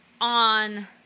on